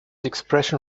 expression